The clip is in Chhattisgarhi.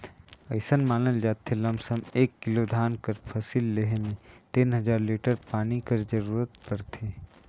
अइसन मानल जाथे लमसम एक किलो धान कर फसिल लेहे में तीन हजार लीटर पानी कर जरूरत परथे